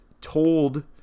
told